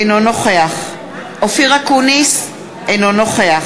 אינו נוכח אופיר אקוניס, אינו נוכח